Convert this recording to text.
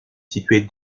située